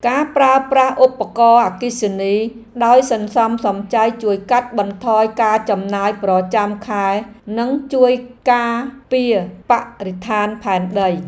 ការប្រើប្រាស់ឧបករណ៍អគ្គិសនីដោយសន្សំសំចៃជួយកាត់បន្ថយការចំណាយប្រចាំខែនិងជួយការពារបរិស្ថានផែនដី។